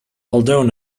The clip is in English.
although